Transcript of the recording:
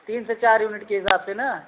तीन से चार यूनिट के हिसाब से न